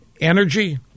Energy